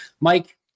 Mike